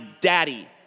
daddy